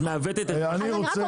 את מעוותת את מה שאני אומר.